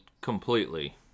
completely